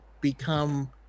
become